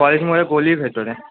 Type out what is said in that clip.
college মোড়ের গলির ভেতরে